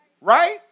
Right